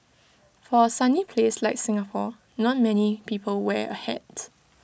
for A sunny place like Singapore not many people wear A hat